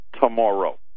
tomorrow